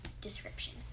description